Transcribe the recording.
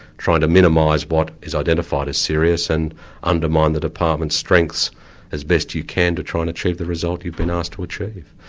trying to minimise what is identified as serious and undermine the department's strengths as best you can to try and achieve the result you've been asked to achieve.